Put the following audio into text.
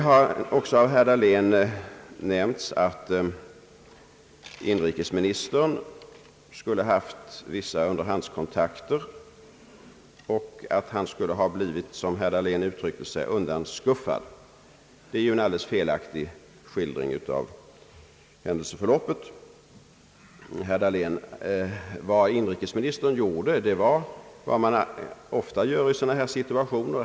Herr Dahlén nämnde också att inrikesministern skulle ha haft vissa underhandskontakter och att han skulle ha blivit, som herr Dahlén uttryckte sig, undanskuffad. Det är ju en alldeles felaktig skildring av händelseförloppet, herr Dahlén. Vad inrikesministern gjorde var vad man ofta gör i sådana här situationer.